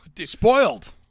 Spoiled